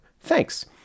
thanks